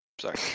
Sorry